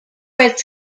its